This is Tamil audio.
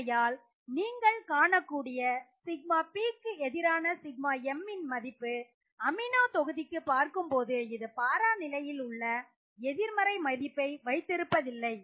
ஆகையால் நீங்கள் காணக்கூடிய σPக்கு எதிரான σM இன் மதிப்பு NH2 தொகுதிக்கு பார்க்கும்போது இது பாரா நிலையிலுள்ள அளவு எதிர்மறை மதிப்பை வைத்திருப்பதில்லை